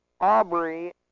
Aubrey